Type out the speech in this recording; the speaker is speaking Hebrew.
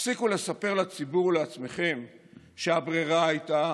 הפסיקו לספר לציבור ולעצמכם שהברירה הייתה